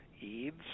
EADS